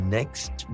Next